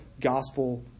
gospel